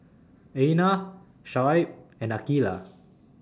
Aina Shoaib and Aqeelah